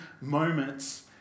moments